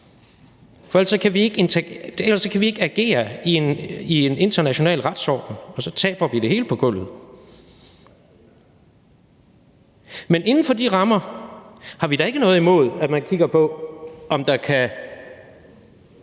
på, ellers kan vi ikke agere i en international retsorden, for så taber vi det hele på gulvet. Men inden for de rammer har vi da ikke noget imod, at man kigger på, om der kan